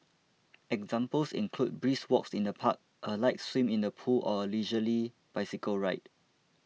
examples include brisk walks in the park a light swim in the pool or a leisurely bicycle ride